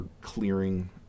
clearing